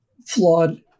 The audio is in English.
flawed